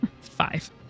five